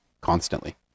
constantly